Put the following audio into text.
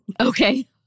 Okay